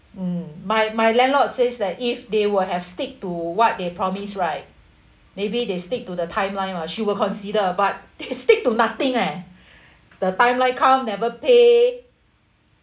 mm my my landlord says that if they would have stick to what they promise right maybe they stick to the timeline ah she will consider but they stick to nothing leh the timeline come never pay